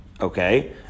Okay